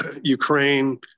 Ukraine